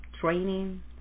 training